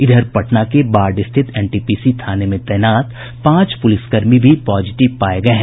इधर पटना के बाढ़ स्थित एनटीपीसी थाने में तैनात पांच पुलिस कर्मी भी पॉजिटिव पाये गये हैं